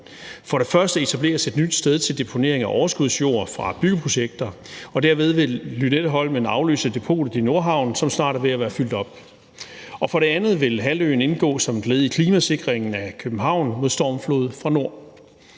For det første etableres et nyt sted til deponering af overskudsjord fra byggeprojekter, og derved vil Lynetteholmen afløse depotet i Nordhavn, som snart er ved at være fyldt op. For det andet vil halvøen indgå som et led i klimasikringen af København mod stormflod fra nord.